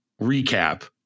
recap